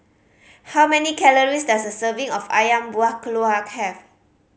how many calories does a serving of Ayam Buah Keluak have